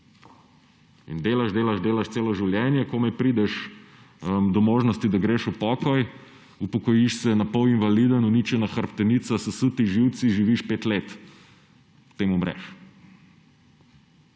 In delaš, delaš, delaš celo življenje, komaj prideš do možnosti, da greš v pokoj, upokojiš se napol invaliden, uničena hrbtenica, sesuti živci, živiš še pet let, potem umreš.